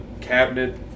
Cabinet